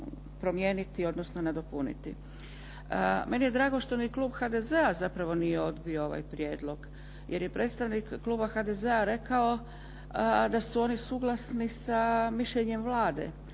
Meni je drago što ni klub HDZ-a zapravo nije odbio ovaj prijedlog, jer je predstavnik kluba HDZ-a rekao da su oni suglasni sa mišljenjem Vlade.